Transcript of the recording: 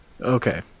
Okay